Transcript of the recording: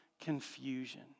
confusion